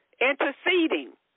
Interceding